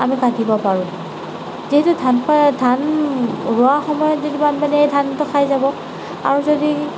আমি কাটিব পাৰোঁ যিহেতু ধান বা ধান ৰোৱাৰ সময়ত যদি বানপানী আহে ধানটো খাই যাব আৰু যদি